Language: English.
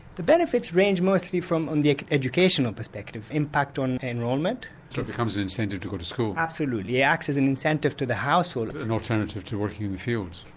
the benefits range mostly from um the educational perspective, impact on enrolment. so it becomes an incentive to go to school. absolutely, it acts as an incentive to the households. an alternative to working in the fields.